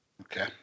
Okay